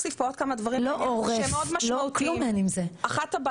כלום אין עם זה.